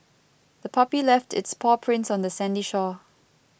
the puppy left its paw prints on the sandy shore